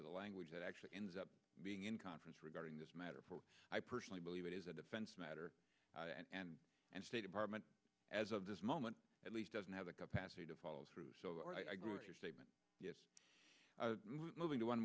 to the language that actually ends up being in conference regarding this matter i personally believe it is a defense matter and and state department as of this moment at least doesn't have the capacity to follow through so i grew your statement moving to one